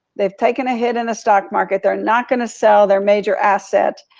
they've taken a hit in the stock market, they're not gonna sell their major asset,